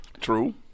True